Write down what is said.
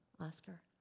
Oscar